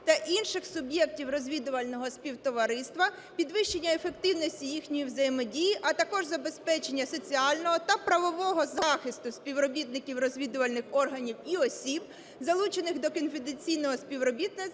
та інших суб'єктів розвідувального співтовариства, підвищення ефективності їхньої взаємодії, а також забезпечення соціального та правового захисту співробітників розвідувальних органів і осіб, залучених до конфіденційного співробітництва